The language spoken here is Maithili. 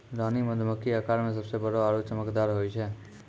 रानी मधुमक्खी आकार मॅ सबसॅ बड़ो आरो चमकदार होय छै